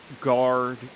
guard